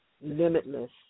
limitless